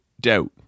doubt